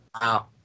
Wow